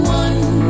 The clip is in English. one